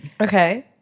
Okay